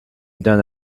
done